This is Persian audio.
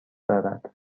دارد